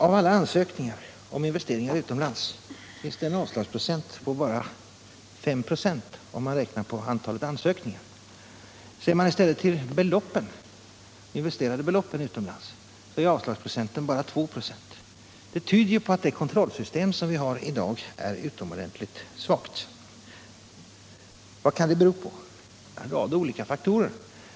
För alla ansökningar om investeringar utomlands är avslagsprocenten bara 5 om man räknar på antalet ansökningar. Ser man i stället till de utomlands investerade beloppen, är avslagsprocenten bara 2. Det tyder på att det konstrollsystem som vi har i dag är utomordenligt svagt. Vad kan det bero på? Det är olika faktorer.